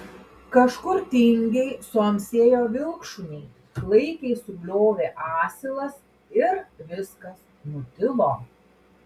kažkur tingiai suamsėjo vilkšuniai klaikiai subliovė asilas ir viskas nutilo